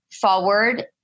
forward